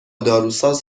داروساز